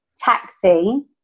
taxi